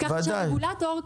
כך שרגולטור,